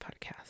Podcast